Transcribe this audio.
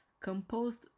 composed